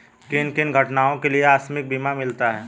किन किन घटनाओं के लिए आकस्मिक बीमा मिलता है?